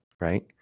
right